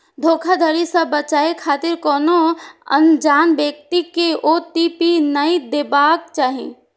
धोखाधड़ी सं बचै खातिर कोनो अनजान व्यक्ति कें ओ.टी.पी नै देबाक चाही